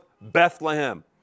Bethlehem